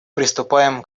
приступаем